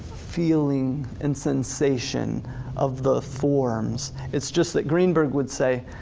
feeling and sensation of the forms. it's just that greenberg would say,